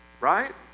right